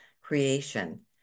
creation